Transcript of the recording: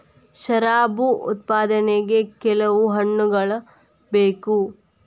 ಶರಾಬು ಉತ್ಪಾದನೆಗೆ ಕೆಲವು ಹಣ್ಣುಗಳ ಬೇಕು